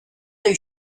new